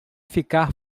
ficar